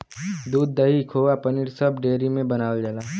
दूध, दही, खोवा पनीर सब डेयरी में बनावल जाला